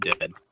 dead